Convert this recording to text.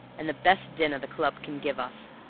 and the best dinner the club can give us.